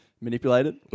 manipulated